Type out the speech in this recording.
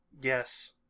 Yes